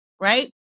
right